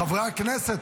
חברי הכנסת.